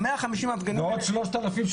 על 150 מפגינים --- לא רק 3,000 שגרים שם.